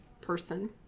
person